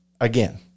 Again